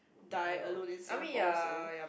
die alone in Singapore also